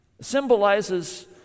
symbolizes